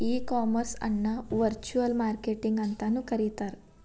ಈ ಕಾಮರ್ಸ್ ಅನ್ನ virtual marketing ಅಂತನು ಕರೇತಾರ